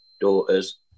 daughters